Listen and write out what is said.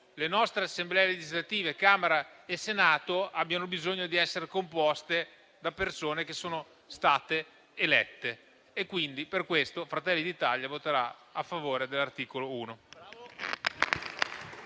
le nostre Assemblee legislative, Camera e Senato, abbiano bisogno di essere composte da persone che sono state elette. Per questo motivo, Fratelli d'Italia voterà a favore dell'articolo 1.